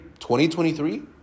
2023